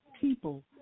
people